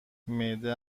معده